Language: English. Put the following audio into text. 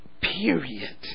Period